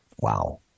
Wow